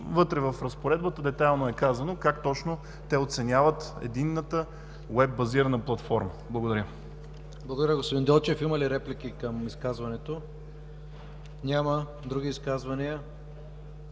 вътре в разпоредбата детайлно е казано как точно те оценяват единната уеб-базирана платформа. Благодаря. ПРЕДСЕДАТЕЛ ИВАН К. ИВАНОВ: Благодаря, господин Делчев. Има ли реплики към изказването? Няма. Други изказвания?